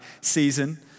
season